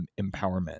empowerment